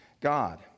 God